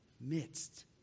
midst